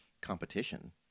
competition